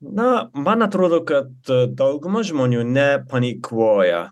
na man atrodo kad dauguma žmonių nepanikvoja